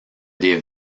des